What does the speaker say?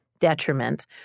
Detriment